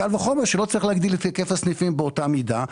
קל וחומר שלא צריך להגדיל את היקף הסניפים באותה מידה.